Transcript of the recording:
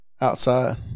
outside